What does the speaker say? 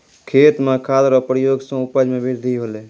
खेत मे खाद रो प्रयोग से उपज मे बृद्धि होलै